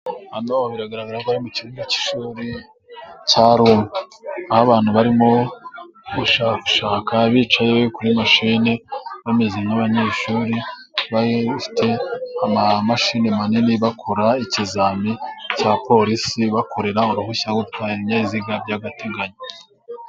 Hano bigaragara ko bari mu kigo cy'ishuri cya rumu , aho abantu barimo gushakashaka bicaye kuri mashine bameze nka'banyeshuri , bari bafite amamashini manini bakora ikizamini cya Polisi bakorera uruhushya rwo gutwara ibyabiziga by'agateganyo.